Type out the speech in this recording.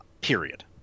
period